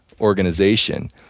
organization